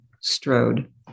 strode